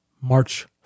March